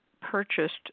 purchased